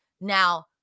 Now